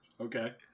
Okay